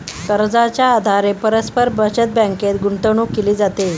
कर्जाच्या आधारे परस्पर बचत बँकेत गुंतवणूक केली जाते